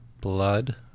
blood